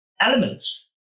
elements